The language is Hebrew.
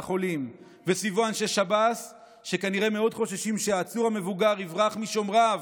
וסביבו אנשי שב"ס שכנראה חוששים מאוד שהעצור המבוגר יברח משומריו